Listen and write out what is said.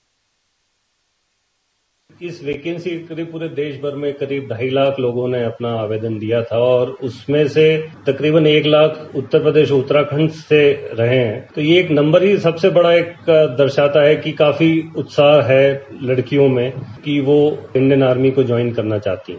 bite इस vacancy में पूरे देशभर में करीब ढाई लाख लोगों ने अपना आवेदन दिया था और उनमें से तकरीबन एक लाख उत्तर प्रदेश उत्तराखण्ड से रहे हैं तो यह एक नम्बर ही सबसे बड़ा दर्शाता है कि काफी उत्साह है लड़कियों में कि वह इण्डियन आर्मी ज्वाइन करना चाहती हैं